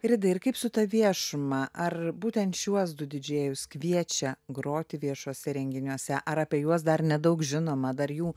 ridai ir kaip su ta viešuma ar būtent šiuos du didžėjus kviečia groti viešuose renginiuose ar apie juos dar nedaug žinoma dar jų